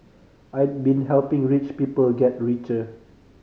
I been helping rich people get richer